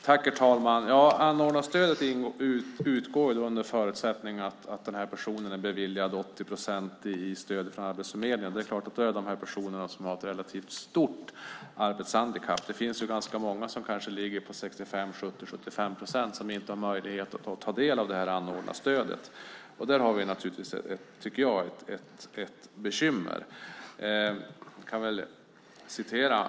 Herr talman! Anordnarstödet utgår under förutsättning att personen är beviljad 80 procent i stödet från Arbetsförmedlingen, och då handlar det om personer som har ett relativt stort arbetshandikapp. Det finns ganska många som kanske ligger på 65-75 procent som inte har möjlighet att ta del av anordnarstödet. Där har vi, tycker jag, ett bekymmer.